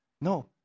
No